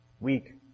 weak